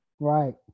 Right